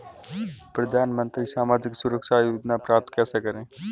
प्रधानमंत्री सामाजिक सुरक्षा योजना प्राप्त कैसे करें?